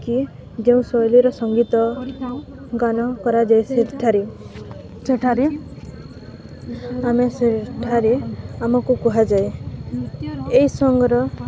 କି ଯେଉଁ ଶୈଳୀର ସଙ୍ଗୀତଗାନ କରାଯାଏ ସେଠାରେ ସେଠାରେ ଆମେ ସେଠାରେ ଆମକୁ କୁହାଯାଏ ଏ ସାଙ୍ଗର